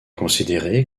considéré